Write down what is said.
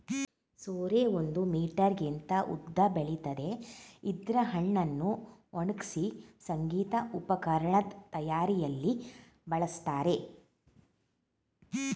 ಸೋರೆ ಒಂದು ಮೀಟರ್ಗಿಂತ ಉದ್ದ ಬೆಳಿತದೆ ಇದ್ರ ಹಣ್ಣನ್ನು ಒಣಗ್ಸಿ ಸಂಗೀತ ಉಪಕರಣದ್ ತಯಾರಿಯಲ್ಲಿ ಬಳಸ್ತಾರೆ